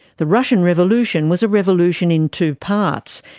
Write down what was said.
the russian revolution was a revolution in two parts.